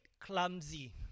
clumsy